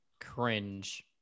Cringe